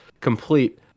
complete